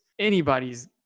anybody's